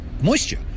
moisture